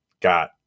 got